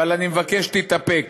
אבל אני מבקש שתתאפק.